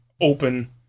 open